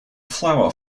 flower